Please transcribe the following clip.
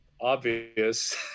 obvious